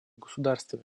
государствами